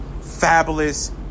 Fabulous